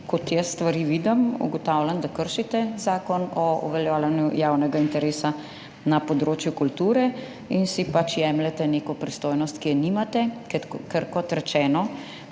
Kot jaz vidim stvari, ugotavljam, da kršite Zakon o uveljavljanju javnega interesa za kulturo in si pač jemljete neko pristojnost, ki je nimate, ker, kot rečeno,